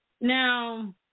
Now